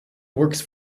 works